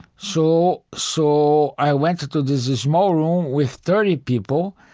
so so, i went to to this small room with thirty people.